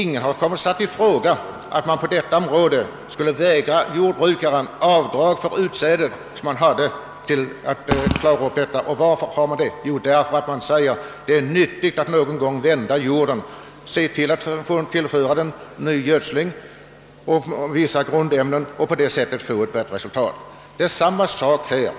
Det har inte satts i fråga att jordbrukarna skulle vägras avdrag för detta utsäde. Det anses nyttigt att någon gång vända jorden och tillföra den nya gödningsoch grundämnen, och på det sättet uppnå bättre resultat. Det är samma sak här.